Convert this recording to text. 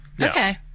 Okay